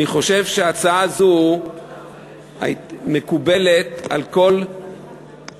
אני חושב שהצעה זו מקובלת על כל המפלגות.